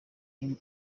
iyi